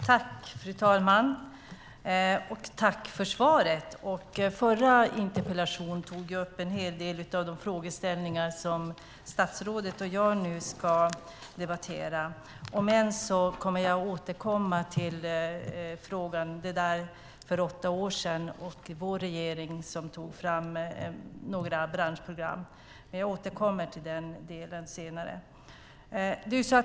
Fru talman! Tack för svaret! Den förra interpellationen tog upp en hel del av de frågeställningar som statsrådet och jag nu ska debattera. Jag kommer senare att återkomma till frågan om det där för åtta år sedan och vår regering som tog fram några branschprogram.